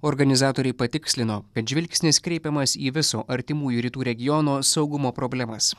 organizatoriai patikslino kad žvilgsnis kreipiamas į viso artimųjų rytų regiono saugumo problemas